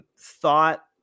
thought